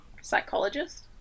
Psychologist